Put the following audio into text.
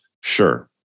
Sure